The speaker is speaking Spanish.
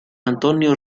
antonio